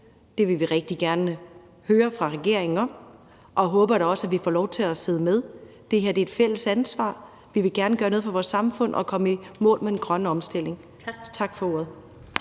Det vil vi rigtig gerne høre fra regeringen om. Og jeg håber da også, at vi får lov til at sidde med ved bordet, for det her er et fælles ansvar. Vi vil gerne gøre noget for vores samfund og komme i mål med den grønne omstilling. Tak for ordet.